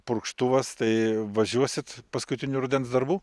purkštuvas tai važiuosit paskutinių rudens darbų